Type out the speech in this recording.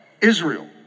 Israel